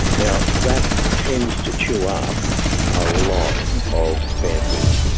now that tends to chew up a lot of bandwidth.